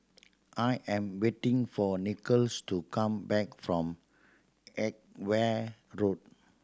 I am waiting for Nicolas to come back from Edgware Road